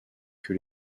que